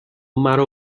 مرا